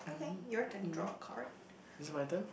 mmhmm um is it my turn